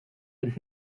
und